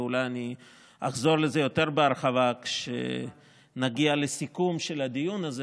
ואולי אני אחזור לזה יותר בהרחבה כשנגיע לסיכום של הדיון הזה,